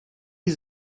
die